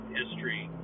history